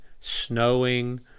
snowing